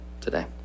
today